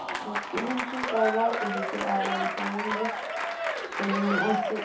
اَدٕ کہِیٖنۍ چُھنہٕ پَرواے تُہۍ ہیٚکِو آرام سان یِتھ تۄہہِ نِیُن آسِوٕ